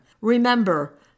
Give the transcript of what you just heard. Remember